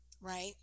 right